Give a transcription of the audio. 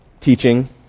teaching